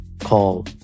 call